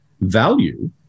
value